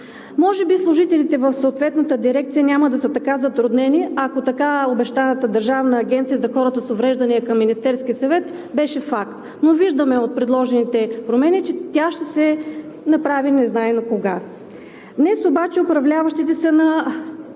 Може би служителите в съответната дирекция няма да са така затруднени, ако така обещаната Държавна агенция за хората с увреждания към Министерския съвет беше факт. Но виждаме от предложените промени, че тя ще се направи незнайно кога. Днес обаче управляващите са на